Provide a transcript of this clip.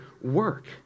work